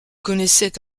connaissait